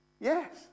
yes